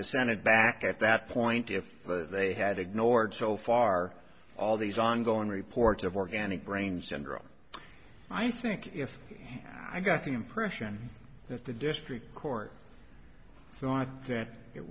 a senate back at that point if they had ignored so far all these ongoing reports of organic brain syndrome i think if i got the impression that the district court thought that it